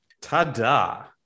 ta-da